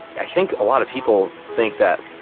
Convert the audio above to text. i think a lot of people think that,